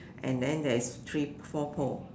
and then there is three four pole